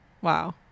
Wow